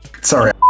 Sorry